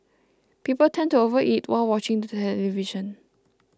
people tend to overeat while watching the television